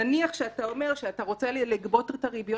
נניח שאתה אומר שאתה צריך לגבות את ריבית